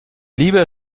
lieber